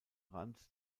rand